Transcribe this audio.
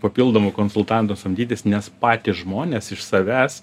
papildomų konsultantų samdytis nes patys žmonės iš savęs